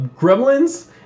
Gremlins